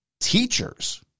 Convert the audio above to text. teachers